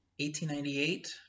1898